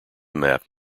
map